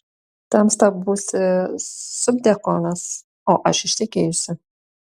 tamsta būsi subdiakonas o aš ištekėjusi